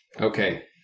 Okay